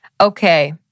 Okay